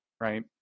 right